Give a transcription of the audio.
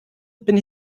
bin